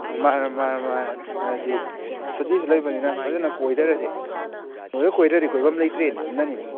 ꯎꯝ ꯃꯥ ꯃꯥ ꯑꯥ ꯍꯥꯏꯗꯤ ꯁꯨꯗꯤꯔꯁꯨ ꯂꯩꯕꯅꯤꯅ ꯐꯖꯅ ꯀꯣꯏꯊꯔꯁꯦ ꯑꯗꯨꯗ ꯀꯣꯏꯗ꯭ꯔꯗꯤ ꯀꯣꯏꯕꯝ ꯂꯩꯇ꯭ꯔꯦꯅꯦ ꯑꯗꯨꯅꯅꯤꯅꯦ